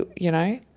you know,